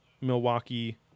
Milwaukee